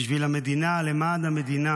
בשביל המדינה, למען המדינה